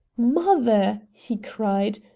mother! he cried,